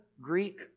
Greek